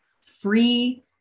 free